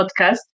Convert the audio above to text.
podcast